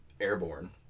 airborne